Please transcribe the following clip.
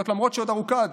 למרות שעוד ארוכה הדרך.